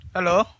Hello